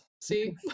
See